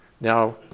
Now